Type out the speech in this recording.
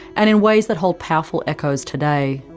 and in ways that hold powerful echoes today,